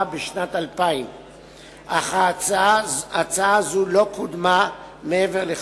בשנת 2000. הצעה זו לא קודמה מעבר לכך,